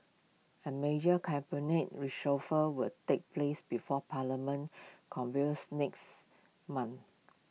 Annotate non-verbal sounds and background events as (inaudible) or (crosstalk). A major cabinet reshuffle will take place before parliament (unintelligible) next month